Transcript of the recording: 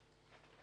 לעניין זה,